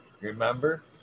Remember